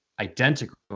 identical